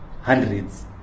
hundreds